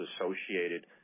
associated